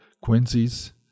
Quincy's